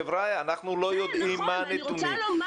חבריא, אנחנו לא יודעים מה הנתונים.